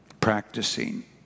Practicing